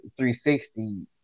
360